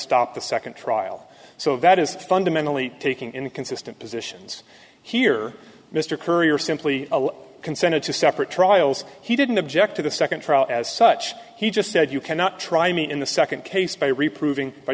stop the second trial so that is fundamentally taking inconsistent positions here mr currier simply consented to separate trials he didn't object to the second trial as such he just said you cannot try me in the second case by reproving